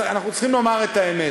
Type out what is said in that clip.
אנחנו צריכים לומר את האמת: